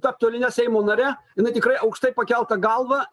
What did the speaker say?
taptų eiline seimo nare jinai tikrai aukštai pakelta galva